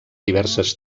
diverses